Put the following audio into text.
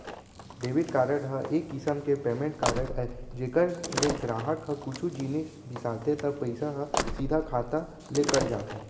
debit card ह एक किसम के पेमेंट कारड अय जेकर ले गराहक ह कुछु जिनिस बिसाथे त पइसा ह सीधा खाता ले कट जाथे